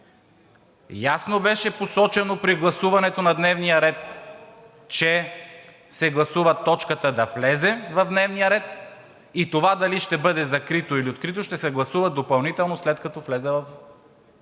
Ясно беше посочено при гласуването на дневния ред, че се гласува точката да влезе в дневния ред и това дали ще бъде закрито, или открито, ще се гласува допълнително, след като влезе в Програмата.